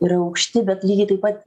yra aukšti bet lygiai taip pat